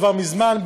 כבר מזמן,